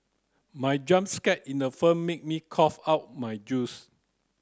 my jump scare in the firm made me cough out my juice